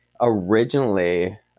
originally